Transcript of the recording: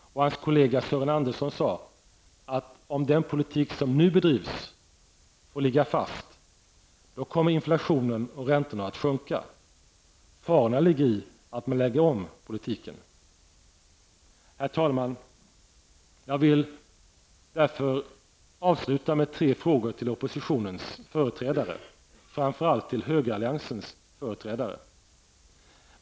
Hans kollega Sören Andesson sade att om den politik som nu bedrivs får ligga fast kommer inflationen och räntorna att sjunka. Farorna ligger i att man lägger om politiken. Herr talman! Jag vill därför avsluta med tre frågor riktade till oppositionens företrädare, framför allt till högeralliansens företrädare.